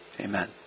Amen